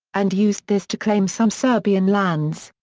and used this to claim some serbian lands.